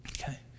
okay